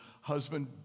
husband